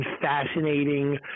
fascinating